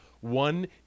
One